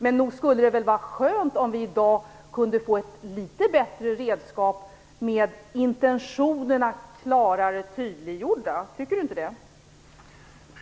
Men nog skulle det väl vara skönt om vi i dag kunde få ett något bättre redskap med intentionerna tydliggjorda - tycker inte Andreas Carlgren det?